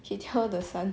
she tell the son